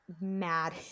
mad